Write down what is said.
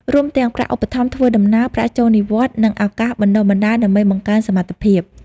រួមទាំងប្រាក់ឧបត្ថម្ភធ្វើដំណើរ ប្រាក់ចូលនិវត្តន៍ និងឱកាសបណ្តុះបណ្តាល ដើម្បីបង្កើនសមត្ថភាព។